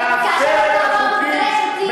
להפר חוקים,